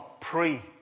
pre